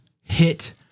hit